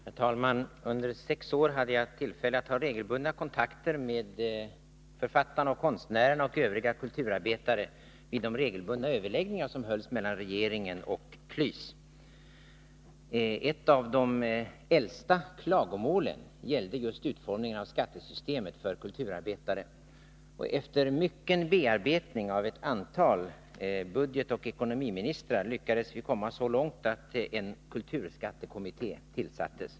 Herr talman! Under sex år hade jag tillfälle att ha regelbundna kontakter med författarna, konstnärerna och övriga kulturarbetare vid de regelbundna överläggningar som hölls mellan regeringen och KLYS. Ett av de äldsta klagomålen gällde just utformningen av skattesystemet för kulturarbetare. Efter mycket bearbetning av ett antal budgetoch ekonomiministrar lyckades vi komma så långt att en kulturskattekommitté tillsattes.